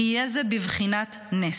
יהיה זה בבחינת נס.